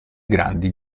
grandi